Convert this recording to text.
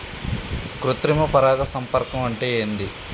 కృత్రిమ పరాగ సంపర్కం అంటే ఏంది?